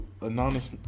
anonymous